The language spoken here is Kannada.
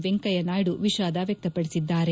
ವೆಂಕಯ್ಯನಾಯ್ಲು ವಿಷಾದ ವ್ಯಕ್ತಪದಿಸಿದ್ದಾರೆ